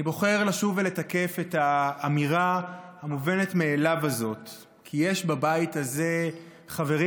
אני בוחר לשוב ולתקף את האמירה המובנת מאליה הזאת כי יש בבית הזה חברים,